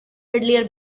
earlier